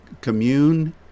commune